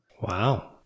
Wow